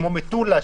כמו מטולה,